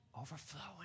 Overflowing